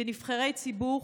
כנבחרי ציבור,